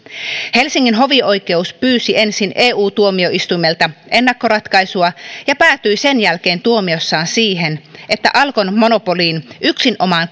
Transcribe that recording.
helsingin hovioikeus pyysi ensin eu tuomioistuimelta ennakkoratkaisua ja päätyi sen jälkeen tuomiossaan siihen että alkon monopoliin yksinomaan